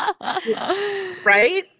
Right